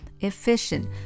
efficient